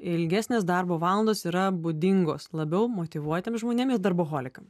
ilgesnės darbo valandos yra būdingos labiau motyvuotiem žmonėm ir darboholikam